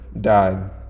died